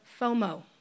FOMO